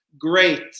great